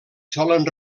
solen